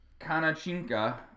Kanachinka